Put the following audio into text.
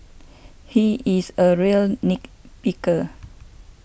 he is a real nit picker